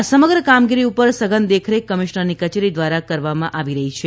આ સમગ્ર કામગીરી ઉપર સઘન દેખરેખ કમિશનરની કચેરી દ્વારા કરવામાં આવી રહ્યું છે